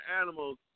animals